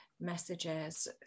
messages